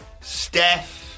Steph